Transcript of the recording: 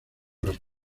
los